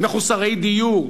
מחוסרי דיור,